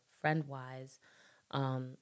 friend-wise